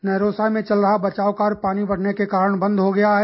नहरोसा में चल रहा बचाव कार्य पानी बढ़ने के कारण बंद हो गया है